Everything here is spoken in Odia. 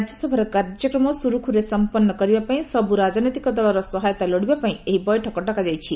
ରାଜ୍ୟସଭାର କାର୍ଯ୍ୟକ୍ରମ ସୁରୁଖୁରୁରେ ସମ୍ପନ୍ନ କରିବା ପାଇଁ ସବୁ ରାଜନୈତିକ ଦଳର ସହାୟତା ଲୋଡିବା ପାଇଁ ଏହି ବୈଠକ ଡକାଯାଇଛି